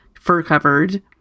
fur-covered